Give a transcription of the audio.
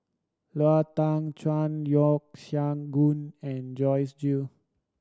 Lau Teng Chuan Yeo Siak Goon and Joyce Jue